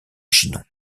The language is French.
chinon